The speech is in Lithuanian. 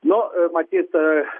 nu matyt